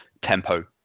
tempo